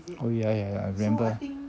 oh yeah yeah I remember